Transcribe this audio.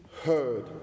heard